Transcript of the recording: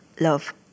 Love